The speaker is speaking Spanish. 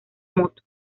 moto